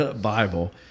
Bible